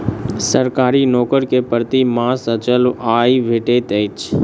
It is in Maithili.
सरकारी नौकर के प्रति मास अचल आय भेटैत अछि